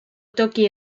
toki